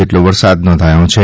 જેટલો વરસાદ નોંધાયો છે